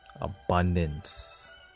abundance